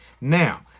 Now